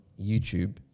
YouTube